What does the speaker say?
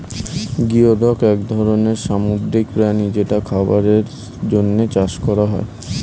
geoduck এক ধরনের সামুদ্রিক প্রাণী যেটা খাবারের জন্যে চাষ করা হয়